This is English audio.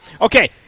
Okay